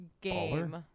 game